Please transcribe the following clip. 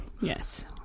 Yes